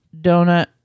donut